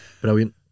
Brilliant